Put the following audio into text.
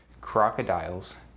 crocodiles